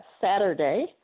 Saturday